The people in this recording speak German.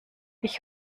ich